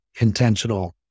intentional